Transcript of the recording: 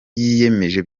yiyemeje